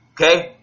Okay